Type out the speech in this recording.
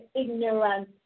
ignorance